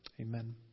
Amen